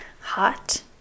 hot